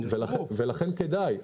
ולכן כדאי.